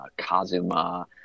Kazuma